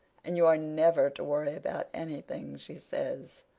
and you are never to worry about anything she says,